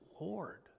Lord